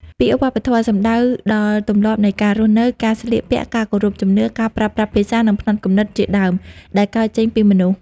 ពាក្យ «វប្បធម៌» សំដៅដល់ទម្លាប់នៃការរស់នៅ ការស្លៀកពាក់ ការគោរពជំនឿ ការប្រើប្រាស់ភាសា និងផ្នត់គំនិតជាដើម ដែលកើតចេញពីមនុស្ស។